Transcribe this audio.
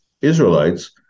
Israelites